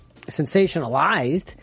sensationalized